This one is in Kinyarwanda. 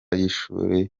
y’ishuri